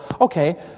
okay